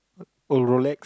oh Rolex